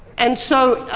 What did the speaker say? and so,